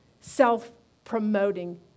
self-promoting